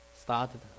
started